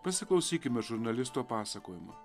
pasiklausykime žurnalisto pasakojimo